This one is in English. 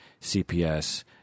CPS